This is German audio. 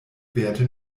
währte